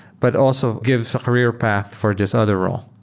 but also gives a career path for this other role,